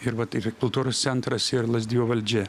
ir vat ir kultūros centras ir lazdijų valdžia